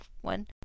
one